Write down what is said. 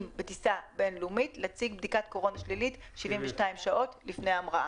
בטיסה בין לאומית להציג בדיקת קורונה שלילית 72 שעות לפני המראה.